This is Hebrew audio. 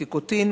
"טיקוטין",